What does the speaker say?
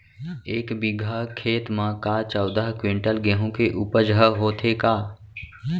एक बीघा खेत म का चौदह क्विंटल गेहूँ के उपज ह होथे का?